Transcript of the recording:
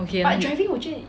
okay